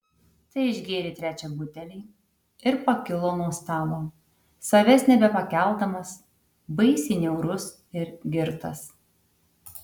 tai išgėrė trečią butelį ir pakilo nuo stalo savęs nepakeldamas baisiai niaurus ir girtas